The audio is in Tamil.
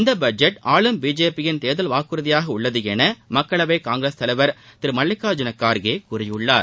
இந்த பட்ஜெட் ஆளும் பிஜேபி யின் தேர்தல் வாக்குறுதியாக உள்ளது மக்களவை காங்கிரஸ் தலைவர் திரு மல்லிகார்ஜூன கார்கே கூறியுள்ளார்